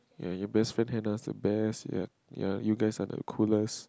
ya your best friend Hanna the best ya ya you guys are the coolest